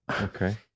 Okay